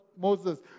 Moses